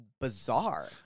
bizarre